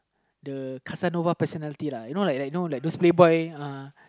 the personality you know like like those play boys uh